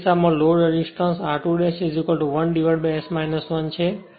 તે કિસ્સામાં load resistance r2 1S 1 છે